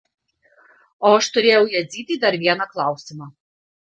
o aš turėjau jadzytei dar vieną klausimą